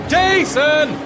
Jason